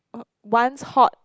err once hot